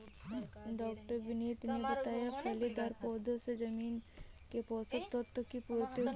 डॉ विनीत ने बताया फलीदार पौधों से जमीन के पोशक तत्व की पूर्ति होती है